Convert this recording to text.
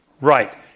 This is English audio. Right